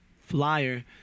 flyer